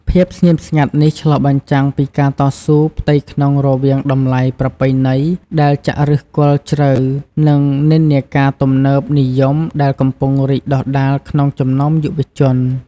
ភាពស្ងៀមស្ងាត់នេះឆ្លុះបញ្ចាំងពីការតស៊ូផ្ទៃក្នុងរវាងតម្លៃប្រពៃណីដែលចាក់ឫសគល់ជ្រៅ និងនិន្នាការទំនើបនិយមដែលកំពុងរីកដុះដាលក្នុងចំណោមយុវជន។